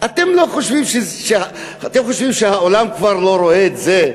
אתם חושבים שהעולם כבר לא רואה את זה?